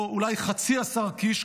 או אולי חצי השר קיש,